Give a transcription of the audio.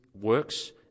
works